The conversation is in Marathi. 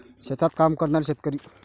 शेतात काम करणारे शेतकरी